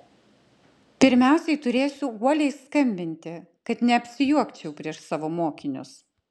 pirmiausiai turėsiu uoliai skambinti kad neapsijuokčiau prieš savo mokinius